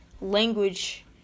language